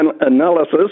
analysis